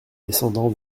descendant